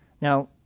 Now